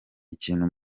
ikintu